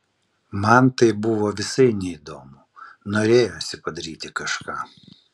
man tai buvo visai neįdomu norėjosi padaryti kažką